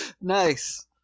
Nice